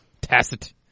Tacit